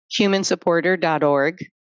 Humansupporter.org